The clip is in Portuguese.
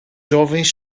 jovens